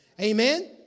Amen